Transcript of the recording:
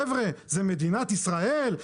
חבר'ה זה מדינת ישראל,